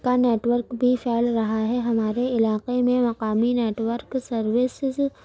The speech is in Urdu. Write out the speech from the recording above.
کا نیٹورک بھی پھیل رہا ہے ہمارے علاقے میں مقامی نیٹورک سروسز